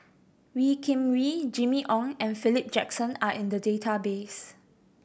Wee Kim Wee Jimmy Ong and Philip Jackson are in the database